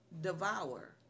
devour